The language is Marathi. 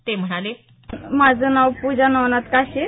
ते म्हणाले माझं नाव पुजा नवनाथ काशे